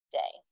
day